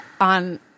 on